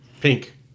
Pink